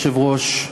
אדוני היושב-ראש,